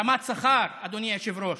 רמת שכר, אדוני היושב-ראש.